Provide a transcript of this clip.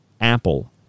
apple